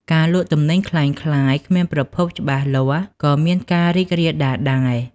ការលក់ទំនិញក្លែងក្លាយឬគ្មានប្រភពច្បាស់លាស់ក៏មានការរីករាលដាលដែរ។